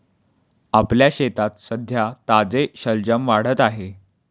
आपल्या शेतात सध्या ताजे शलजम वाढत आहेत